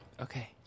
Okay